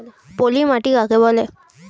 পলি মাটি কাকে বলে?